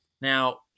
Now